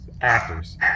actors